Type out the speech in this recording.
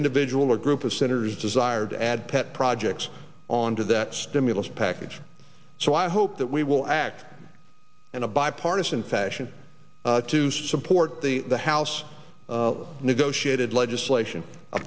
individual or group of senators desired to add pet projects on to that stimulus package so i hope that we will act in a bipartisan fashion to support the the house negotiated legislation